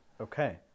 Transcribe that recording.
Okay